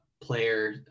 player